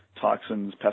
toxins